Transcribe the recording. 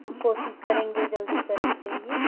हम कोशिश करेंगे जल्दी करने के लिए